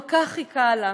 כל כך חיכה לה.